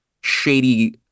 shady